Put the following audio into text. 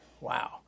Wow